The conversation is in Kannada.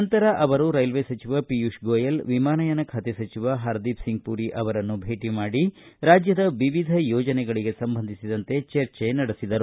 ನಂತರ ಅವರು ರೈಲ್ವೆ ಸಚಿವ ಪಿಯೂಷ್ ಗೋಯಲ್ ವಿಮಾನಯಾನ ಖಾತೆ ಪರದೀಪಸಿಂಗ್ ಮರಿ ಅವರನ್ನು ಭೇಟಿ ಮಾಡಿ ರಾಜ್ಯದ ವಿವಿಧ ಯೋಜನೆಗಳಿಗೆ ಸಂಬಂಧಿಸಿದಂತೆ ಚರ್ಚೆ ನಡೆಸಿದರು